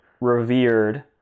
revered